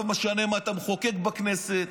לא משנה מה אתה מחוקק בכנסת,